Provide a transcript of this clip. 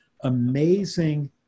amazing